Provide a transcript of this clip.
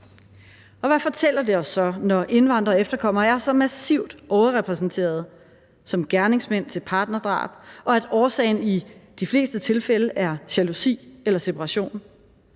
Hvad fortæller det os så, når indvandrere og efterkommere er så massivt overrepræsenteret som gerningsmænd til partnerdrab, og at årsagen i de fleste tilfælde er jalousi eller separation?